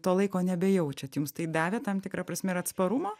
to laiko nebejaučiat jums tai davė tam tikra prasme ir atsparumo